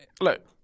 Look